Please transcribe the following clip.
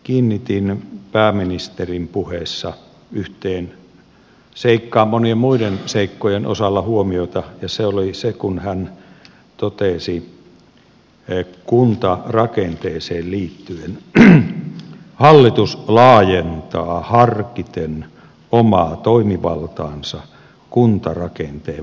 kiinnitin pääministerin puheessa yhteen seikkaan monien muiden seikkojen ohella huomiota ja se oli se kun hän totesi kuntarakenteeseen liittyen että hallitus laajentaa harkiten omaa toimivaltaansa kuntarakenteen vahvistamiseksi